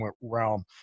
realm